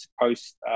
post